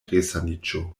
resaniĝo